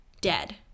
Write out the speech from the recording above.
dead